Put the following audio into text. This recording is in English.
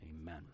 Amen